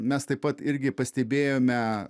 mes taip pat irgi pastebėjome